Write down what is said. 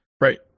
Right